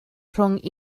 rhwng